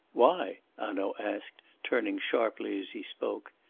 why? hanaud asked, turning sharply as he spoke.